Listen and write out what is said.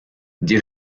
die